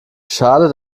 schade